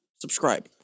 Subscribe